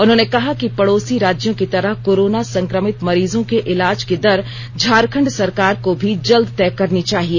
उन्होंने कहा कि पड़ोसी राज्यों की तरह कोरोना संक्रमित मरीजों के इलाज की दर झारखंड सरकार को भी जल्द तय करनी चाहिए